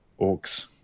orcs